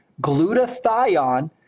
Glutathione